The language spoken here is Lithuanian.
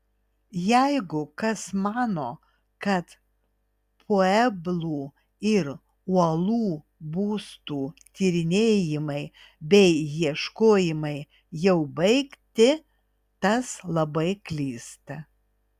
jeigu kas mano kad pueblų ir uolų būstų tyrinėjimai bei ieškojimai jau baigti tas labai klysta